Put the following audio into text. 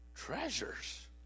treasures